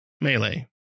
Melee